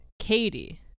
Katie